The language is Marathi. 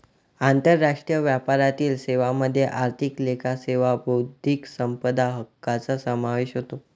आंतरराष्ट्रीय व्यापारातील सेवांमध्ये आर्थिक लेखा सेवा बौद्धिक संपदा हक्कांचा समावेश होतो